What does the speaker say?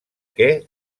que